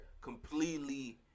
completely